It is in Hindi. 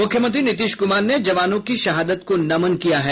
मुख्यमंत्री नीतीश कुमार ने जवानों की शहादत को नमन किया है